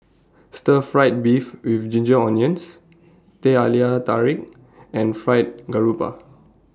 Stir Fried Beef with Ginger Onions Teh Halia Tarik and Fried Garoupa